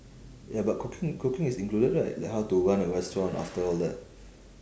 ya but cooking cooking is included right like how to run a restaurant after all that